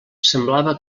semblava